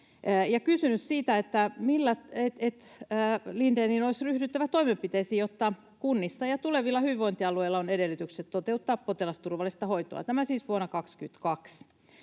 Lindénille siitä, että Lindénin olisi ryhdyttävä toimenpiteisiin, jotta kunnissa ja tulevilla hyvinvointialueilla on edellytykset toteuttaa potilasturvallista hoitoa — tämä siis vuonna 22.